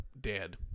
dead